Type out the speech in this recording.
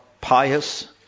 pious